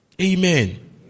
Amen